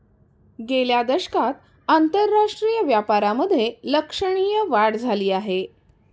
गेल्या दशकात आंतरराष्ट्रीय व्यापारामधे लक्षणीय वाढ झाली आहे